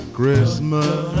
Christmas